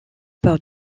par